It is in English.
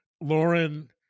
Lauren